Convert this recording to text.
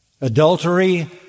adultery